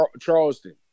Charleston